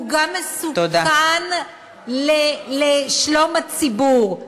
הוא גם מסוכן לשלום הציבור,